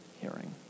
hearing